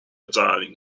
diving